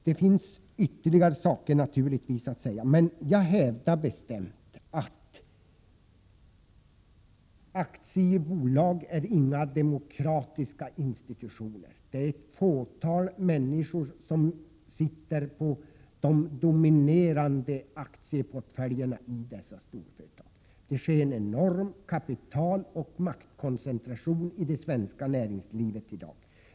Det finns naturligtvis ytterligare saker att nämna. Men jag hävdar bestämt att aktiebolagen inte är några demokratiska institutioner. Ett fåtal människor sitter ju på de dominerande aktieportföljerna i storföretagen. Det sker en enorm kapitaloch maktkoncentration i det svenska näringslivet i dag.